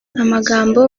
amagambo